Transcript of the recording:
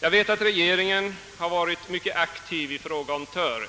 Jag vet att regeringen varit mycket aktiv i fråga om Töre.